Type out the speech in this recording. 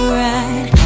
right